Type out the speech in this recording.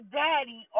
daddy